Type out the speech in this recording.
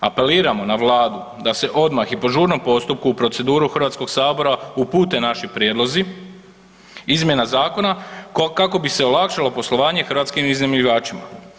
Apeliramo na Vladu da se odmah i po žurnom postupku u proceduru Hrvatskog sabora, upute naši prijedlozi Izmjena zakona kako bi se olakšalo poslovanje hrvatskim iznajmljivačima.